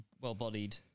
well-bodied